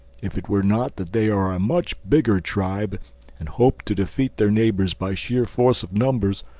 if it were not that they are a much bigger tribe and hope to defeat their neighbor by sheer force of numbers,